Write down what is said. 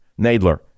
Nadler